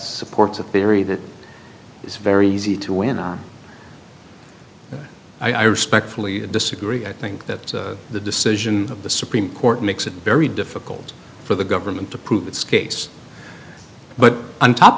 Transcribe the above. supports a theory that is very easy to win and i respectfully disagree i think that the decision of the supreme court makes it very difficult for the government to prove its case but on top